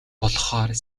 болохоор